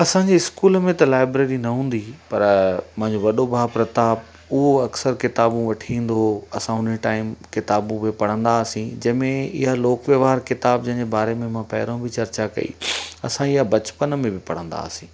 असांजे इस्कूल में त लाइब्रेरी न हूंदी हुइ पर मुंहिंजो वॾो भाउ प्रताप उहो अकसरु किताबूं वठी ईंदो हो असां उन टाइम किताबूं खे पढ़ंदा हुआसीं जंहिंमें ईअं लोक व्यवहार किताब जंहिंजे बारे में मां पहिरो बि चर्चा कई असां ईअं बचपन में बि पढ़ंदा हुआसीं